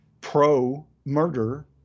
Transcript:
pro-murder